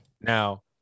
Now